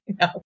No